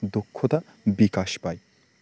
দক্ষতা বিকাশ পায়